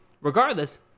regardless